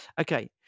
Okay